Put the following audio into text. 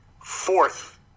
fourth